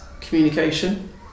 communication